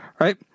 Right